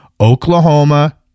Oklahoma